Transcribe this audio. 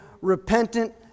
repentant